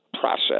process